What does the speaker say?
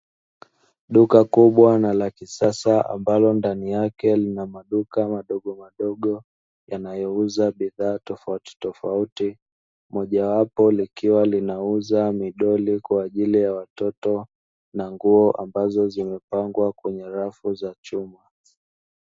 Duka kubwa na lakisasa ambalo ndani yake kuna maduka madogomadogo yanayouza bidhaa tofautitofauti, mojawapo likiwa linauza midoli kwa ajili ya watoto na nguo ambazo zimepangwa kwenye rafu za chuma.